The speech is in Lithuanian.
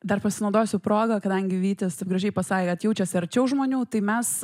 dar pasinaudosiu proga kadangi vytis taip gražiai pasakė kad jaučiasi arčiau žmonių tai mes